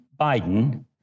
Biden